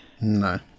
No